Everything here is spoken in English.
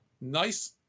nice